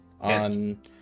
on